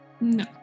No